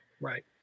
Right